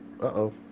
uh-oh